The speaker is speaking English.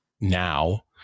now